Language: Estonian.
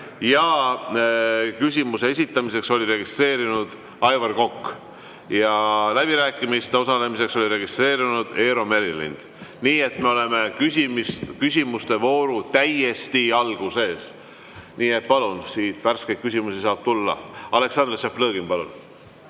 ja küsimuse esitamiseks oli registreerunud Aivar Kokk ja läbirääkimistel osalemiseks oli registreerunud Eero Merilind. Nii et me oleme küsimuste vooru alguses. Nii et palun värskeid küsimusi. Aleksandr Tšaplõgin, palun!